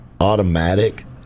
automatic